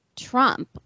Trump